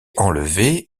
enlevés